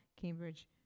Cambridge